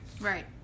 Right